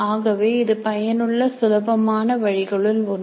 ஆகவே இது பயனுள்ள சுலபமான வழிகளுள் ஒன்று